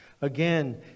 Again